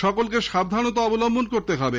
সকলকে সাবধানতা অবলম্বন করতে হবে